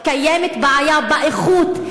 קיימת בעיה באיכות,